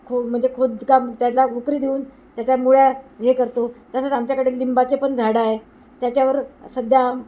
खो म्हणजे खोदकाम त्याला उकरी देऊन त्याच्या मुळ्या हे करतो तसंच आमच्याकडे लिंबाचे पण झाडं आहे त्याच्यावर सध्या